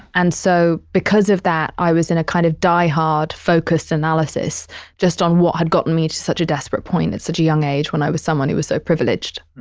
and so because of that, i was in a kind of die hard focused analysis just on what had gotten me to such a desperate point at such a young age when i was someone who was so privileged.